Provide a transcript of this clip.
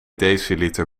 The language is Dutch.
deciliter